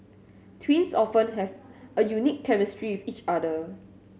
twins often have a unique chemistry with each other